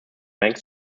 bank